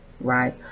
right